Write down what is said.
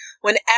whenever